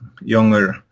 younger